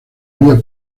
vía